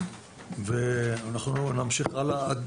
אנחנו נמשיך הלאה עד